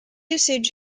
usage